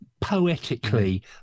Poetically